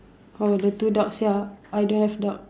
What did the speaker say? oh the two ducks ya I don't have duck